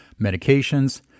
medications